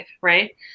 right